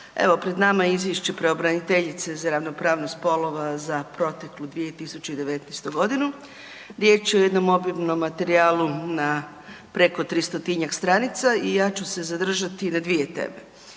Evo pred nama je Izvješće pravobraniteljice za ravnopravnost spolova za proteklu 2019. g., riječ je o jednom obilnom materijalu na preko 300-tinjak stranica i ja ću se zadržati na dvije teme.